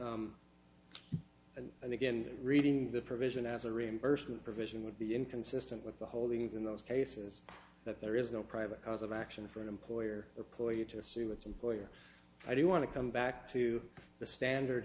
of and again reading the provision as a reimbursement provision would be inconsistent with the holdings in those cases that there is no private cause of action for an employer or ploy to assume its employer i do want to come back to the standard